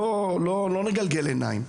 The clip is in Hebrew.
בואו לא נגלגל עיניים.